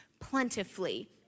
plentifully